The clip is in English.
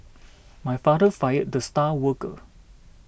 my father fired the star worker